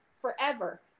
forever